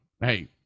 Hey